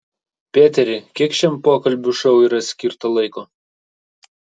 peteri kiek šiam pokalbių šou yra skirta laiko